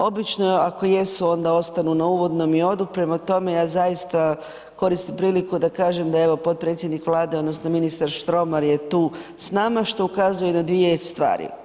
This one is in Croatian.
Obično, ako jesu onda ostanu na uvodnom i odu, prema tome, ja zaista koristim priliku da kažem, da evo, potpredsjednik Vlade, odnosno ministar Štromar je tu s nama, što ukazuje na dvije stvari.